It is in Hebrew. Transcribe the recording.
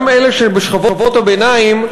גם אלה שבשכבות הביניים,